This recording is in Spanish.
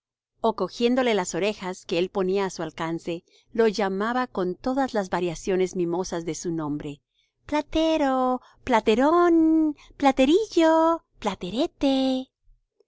ó cogiéndole las orejas que él ponía á su alcance lo llamaba con todas las variaciones mimosas de su nombre platero platerón platerillo platerete